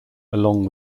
along